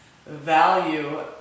Value